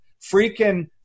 Freaking